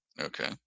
Okay